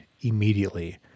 immediately